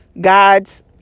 God's